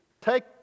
take